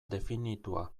definitua